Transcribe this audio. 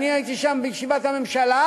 אי-אפשר, ואני הייתי שם בישיבת הממשלה,